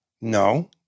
No